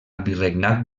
virregnat